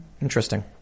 interesting